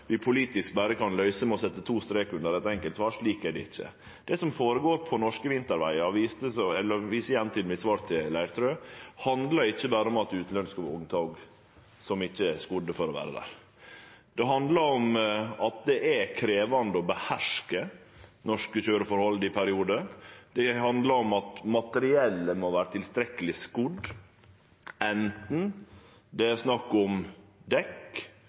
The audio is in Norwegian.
vi kan løyse politisk berre ved å setje to strekar under eit enkelt svar – slik er det ikkje. Det som føregår på norske vintervegar – eg viser igjen til svaret mitt til Leirtrø – handlar ikkje berre om utanlandske vogntog som ikkje er skodde for å vere der. Det handlar om at det er krevjande å beherske norske køyreforhold i periodar. Det handlar om at materiellet må vere tilstrekkeleg skodd, enten det er snakk om dekk,